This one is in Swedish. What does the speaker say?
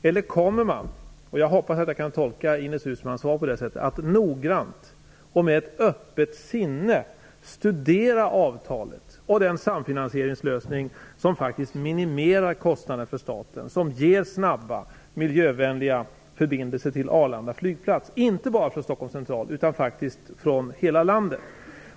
Eller kommer man - jag hoppas att jag kan tolka Ines Uusmanns svar på det sättet - att noggrant och med ett öppet sinne studera avtalet och den samfinansieringslösning som faktiskt minimerar kostnaden för staten, som ger snabba, miljövänliga förbindelser till Arlanda flygplats, inte bara från Stockholms central utan från hela landet?